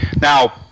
Now